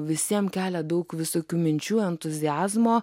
visiem kelia daug visokių minčių entuziazmo